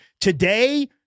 today